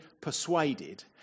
persuaded